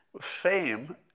fame